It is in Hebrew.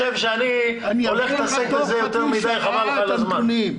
תוך חצי שעה אני אעביר לך את הנתונים.